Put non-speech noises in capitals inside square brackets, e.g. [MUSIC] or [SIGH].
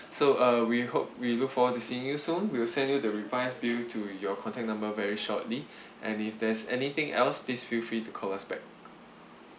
so uh we hope we look forward to seeing you soon we'll send you the revised bill to your contact number very shortly [BREATH] and if there's anything else please feel free to call us back